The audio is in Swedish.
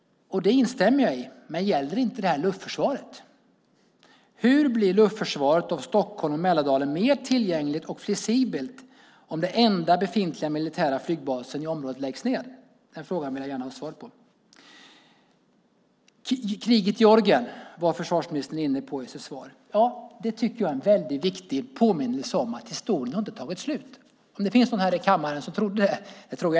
Det instämmer jag i. Men gäller inte det luftförsvaret? Hur blir luftförsvaret av Stockholm och Mälardalen mer tillgängligt och flexibelt om den enda befintliga militära flygbasen i området läggs ned? Den frågan vill jag gärna ha svar på. Kriget i Georgien var försvarsministern inne på i sitt svar. Ja, det tycker jag är en väldigt viktig påminnelse om att historien inte har tagit slut. Jag tror inte att det finns någon här i kammaren som trodde det.